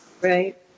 Right